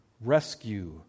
rescue